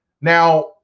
Now